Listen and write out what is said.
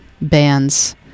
bands